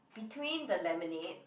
between the lemonade